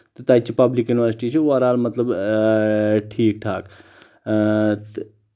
تہٕ تتہِ چہِ پبلِک ینورسٹی چھِ اُور آل مطلب اۭں ٹھیک ٹھاک اۭں